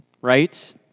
right